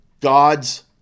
God's